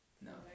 no